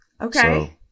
Okay